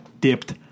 Dipped